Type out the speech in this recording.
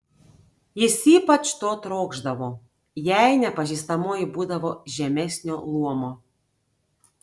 jis ypač to trokšdavo jei nepažįstamoji būdavo žemesnio luomo